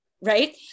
Right